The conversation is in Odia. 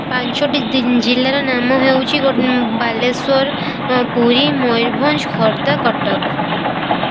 ପାଞ୍ଚଟି ଜି ଜିଲ୍ଲାର ନାମ ହେଉଛି ଗୋ ବାଲେଶ୍ୱର ପୁରୀ ମୟୂରଭଞ୍ଜ ଖୋର୍ଦ୍ଧା କଟକ